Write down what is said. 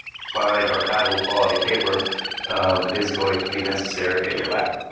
fine archival quality paper is going to be necessary in your lab.